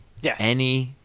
Yes